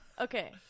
okay